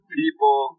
people